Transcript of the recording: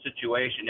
situation